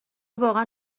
واقعا